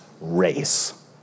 race